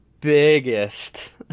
biggest